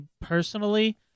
personally